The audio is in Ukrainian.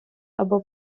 або